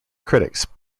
critics